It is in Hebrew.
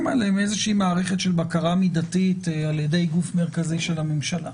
עליהם מערכת של בקרה מידתית על-ידי גוף מרכזי של הממשלה.